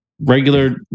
Regular